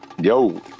Yo